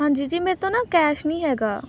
ਹਾਂਜੀ ਜੀ ਮੇਰੇ ਤੋਂ ਨਾ ਕੈਸ਼ ਨਹੀਂ ਹੈਗਾ